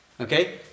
Okay